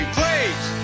please